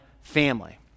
family